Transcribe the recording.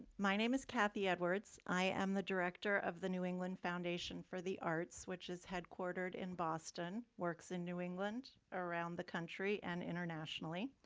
my name is cathy edwards, i am the director of the new england foundation for the arts, which is headquartered in boston, works in new england, around the country and internationally.